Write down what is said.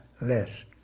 less